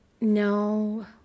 no